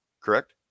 correct